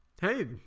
Hey